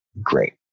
great